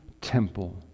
temple